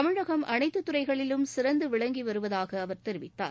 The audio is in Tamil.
தமிழகம் அளைத்துத்துறைகளிலும் சிறந்து விளங்கி வருவதாக அவர் தெரிவித்தார்